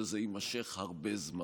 שזה יימשך הרבה זמן.